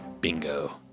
Bingo